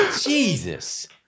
Jesus